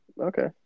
okay